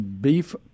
beef